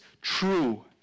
true